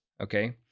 okay